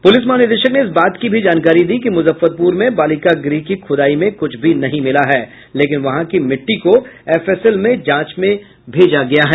police महानिदेशक ने इस बात की भी जानकारी दी कि मुजफ्फरपुर में बालिका गृह की खुदाई में कुछ भी नहीं मिला है लेकिन वहां की मिट्टी को एफएसएल में जांच में भेजा गया है